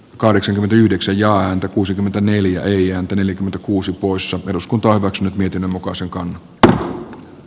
vastaan ja ilta kuusikymmentäneljä ei ääntä neljäkymmentäkuusi kuussa peruskuntoa katso miten muka sekaan on